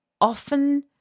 often